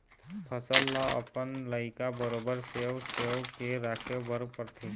फसल ल अपन लइका बरोबर सेव सेव के राखे बर परथे